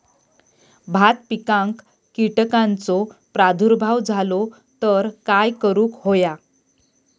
भात पिकांक कीटकांचो प्रादुर्भाव झालो तर काय करूक होया?